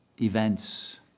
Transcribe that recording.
events